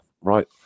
right